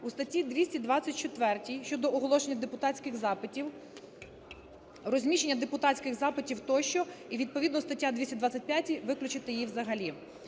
У статті 224 щодо оголошення депутатських запитів, розміщення депутатських запитів тощо. І, відповідно, стаття 225 – виключити її взагалі.